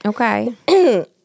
Okay